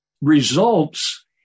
results